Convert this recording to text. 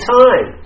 time